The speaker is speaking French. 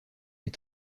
est